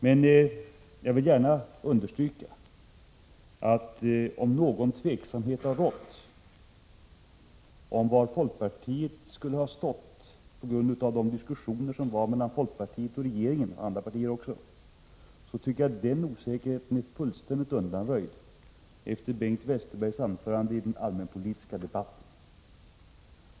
Men jag vill gärna understryka att om någon tveksamhet har rått om var folkpartiet skulle ha stått, på grund av de diskussioner som fördes mellan regeringen och folkpartiet — och även andra partier — så tycker jag att den osäkerheten är fullständigt undanröjd efter Bengt Westerbergs anförande i den allmänpolitiska debatten.